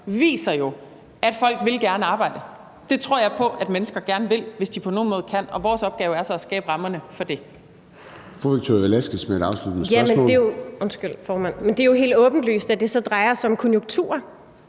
viser, at folk gerne vil arbejde. Det tror jeg på at mennesker gerne vil, hvis de på nogen måde kan, og vores opgave er så at skabe rammerne for det.